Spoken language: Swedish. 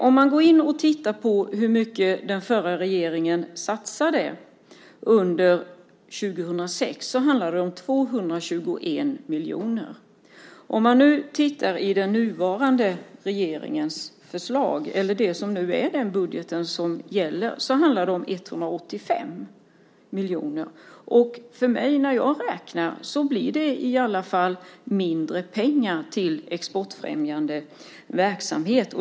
Om man tittar på hur mycket den förra regeringen satsade under 2006 handlar det om 221 miljoner. Om man tittar i den nuvarande regeringens budget handlar det om 185 miljoner. När jag räknar blir det mindre pengar till exportfrämjande verksamhet.